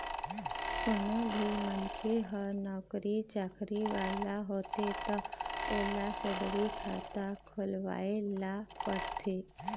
कोनो भी मनखे ह नउकरी चाकरी वाला होथे त ओला सेलरी खाता खोलवाए ल परथे